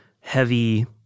heavy